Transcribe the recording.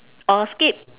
or skip